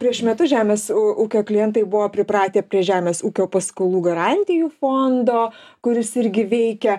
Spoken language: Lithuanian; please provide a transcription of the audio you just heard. prieš metus žemės ū ūkio klientai buvo pripratę prie žemės ūkio paskolų garantijų fondo kuris irgi veikia